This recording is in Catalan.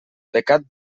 pecat